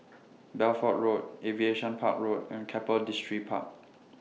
Bedford Road Aviation Park Road and Keppel Distripark